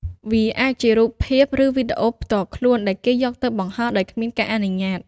វាអាចជារូបភាព ឬវីដេអូផ្ទាល់ខ្លួនដែលគេយកទៅបង្ហោះដោយគ្មានការអនុញ្ញាត។